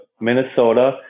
Minnesota